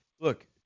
Look